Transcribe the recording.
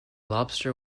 lobster